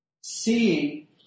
Seeing